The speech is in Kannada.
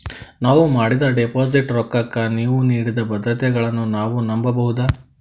ನಾವು ಮಾಡಿದ ಡಿಪಾಜಿಟ್ ರೊಕ್ಕಕ್ಕ ನೀವು ನೀಡಿದ ಭದ್ರತೆಗಳನ್ನು ನಾವು ನಂಬಬಹುದಾ?